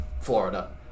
Florida